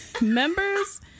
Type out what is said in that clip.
Members